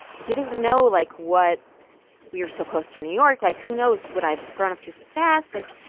he doesn't know, like, what we were so close to new york. like, who knows? would i have grown up too fast? like,